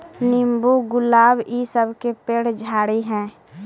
नींबू, गुलाब इ सब के पेड़ झाड़ि हई